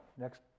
Next